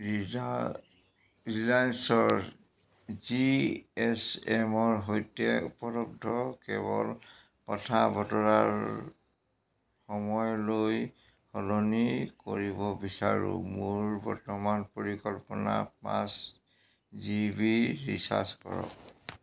reel ৰিলায়েন্সৰ G S M ৰ সৈতে উপলব্ধ কেৱল কথা বতৰাৰ সময়লৈ সলনি কৰিব বিচাৰো মোৰ বৰ্তমান পৰিকল্পনা পাঁচ জি বি ৰিচাৰ্জ কৰক